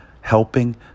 helping